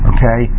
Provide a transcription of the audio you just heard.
Okay